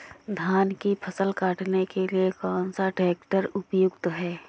धान की फसल काटने के लिए कौन सा ट्रैक्टर उपयुक्त है?